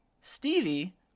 Stevie